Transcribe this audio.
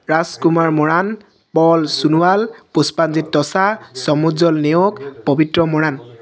Rajkumar Moran Pal Sonowal Pushpanjit Tasa Samujjwal Neog Pabitra Moran